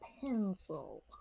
pencil